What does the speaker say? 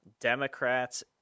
Democrats